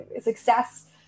success